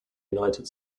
united